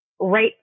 right